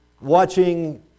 watching